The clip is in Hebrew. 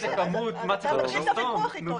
וזה בא הרבה פעמים ממקום טוב,